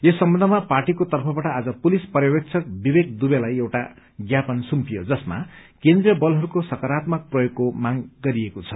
यस सम्बन्धमा पार्टीको तर्फबाट आज पुलिस पर्यवेक्षक विवेक दुबेलाई एउटा ज्ञापन सुम्पियो जसमा केन्द्रीय बलहरूको सकारात्मक प्रयोगको माग गरिएको छ